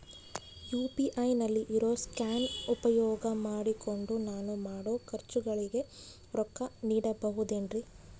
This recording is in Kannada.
ಯು.ಪಿ.ಐ ನಲ್ಲಿ ಇರೋ ಸ್ಕ್ಯಾನ್ ಉಪಯೋಗ ಮಾಡಿಕೊಂಡು ನಾನು ಮಾಡೋ ಖರ್ಚುಗಳಿಗೆ ರೊಕ್ಕ ನೇಡಬಹುದೇನ್ರಿ?